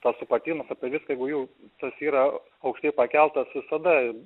tas supratimas apie viską jeigu jų tas yra aukštai pakeltas visada